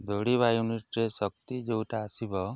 ଦୌଡ଼ିବା ୟୁନିଟ୍ରେ ଶକ୍ତି ଯେଉଁଟା ଆସିବ